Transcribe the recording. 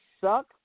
suck